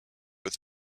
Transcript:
with